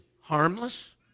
Harmless